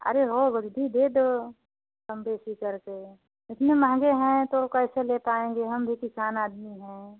अरे रोह बागदी दे दो कम बेसी करके इतने महंगे हैं तो कैसे ले पाएँगे हम भी किसान आदमी हैं